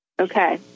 Okay